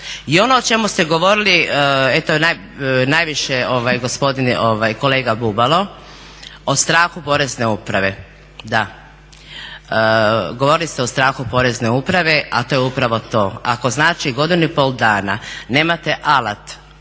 I ono o čemu ste govorili eto najviše gospodin kolega Bubalo, o strahu porezne uprave, govorili ste o strahu porezne uprave, a to je upravo to. Ako znači godinu i pol dana nemate alat